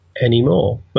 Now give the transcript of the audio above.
anymore